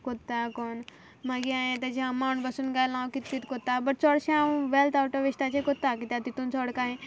कोत्तां कोन्न मागीर हांयें तेजें अमावंट बसून घायला हांव कितें कितें कोतता बट चोडशें हांव वेल्थ आवट ऑफ वेस्टाचें कोत्तां कित्याक तितून चोड कांय